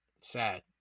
Sad